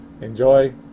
Enjoy